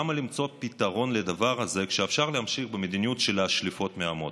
למה למצוא פתרון לדבר הזה כשאפשר להמשיך במדיניות של השליפות מהמותן?